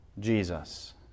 Jesus